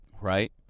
right